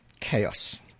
Chaos